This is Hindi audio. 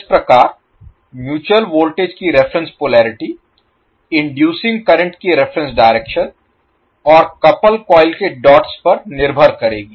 इस प्रकार म्यूचुअल वोल्टेज की रिफरेन्स पोलेरिटी इनडुइसींग करंट की रिफरेन्स डायरेक्शन और कपल कॉइल के डॉट्स पर निर्भर करेगी